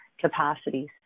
capacities